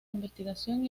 investigación